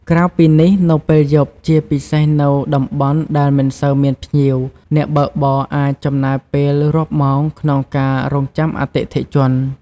ក្រៅពីនេះ នៅពេលយប់ ជាពិសេសនៅតំបន់ដែលមិនសូវមានភ្ញៀវ អ្នកបើកបរអាចចំណាយពេលរាប់ម៉ោងក្នុងការ រង់ចាំអតិថិជន។